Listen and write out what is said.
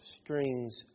Strings